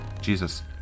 Jesus